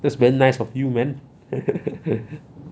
that's very nice of you man